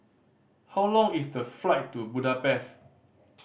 how long is the flight to Budapest